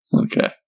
Okay